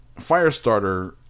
Firestarter